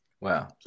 Wow